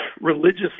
religious